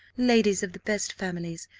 ladies of the best families,